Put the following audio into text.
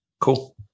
Cool